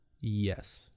Yes